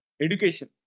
Education